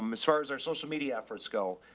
um as far as our social media efforts go, ah,